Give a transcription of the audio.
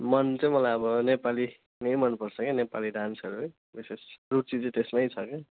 मन चाहिँ मलाई अब नेपाली नै मनपर्छ के नेपाली डान्सहरू विशेष रुचि चाहिँ त्यसमै छ के